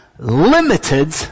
limited